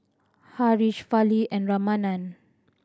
Haresh Fali and Ramanand